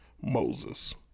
Moses